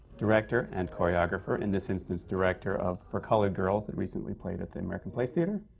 director and choreographer, in this instance, director of for colored girls, that recently played at the american place theatre.